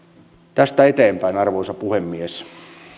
tästä eteenpäin arvoisa puhemies